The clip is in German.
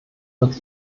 wird